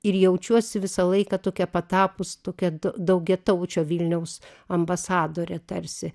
ir jaučiuosi visą laiką tokia patapus tokia daugiataučio vilniaus ambasadore tarsi